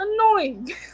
annoying